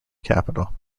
capital